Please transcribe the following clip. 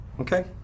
Okay